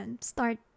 start